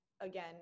again